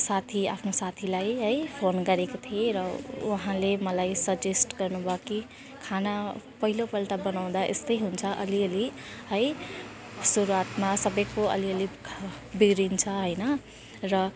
साथी आफ्नो साथीलाई है फोन गरेको थिएँ र उहाँले मलाई सजेस्ट गर्नुभयो कि खाना पहिलोपल्ट बनाउँदा यस्तै हुन्छ अलिअलि है सुरुआतमा सबैको अलिअलि खा बिग्रिन्छ होइन र